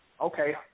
Okay